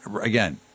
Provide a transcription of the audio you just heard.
Again